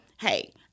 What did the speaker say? hey